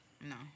No